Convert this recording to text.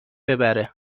ببره